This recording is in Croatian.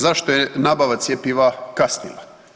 Zašto je nabava cjepiva kasnila?